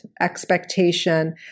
expectation